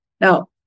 Now